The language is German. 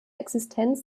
existenz